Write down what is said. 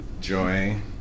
joy